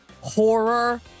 horror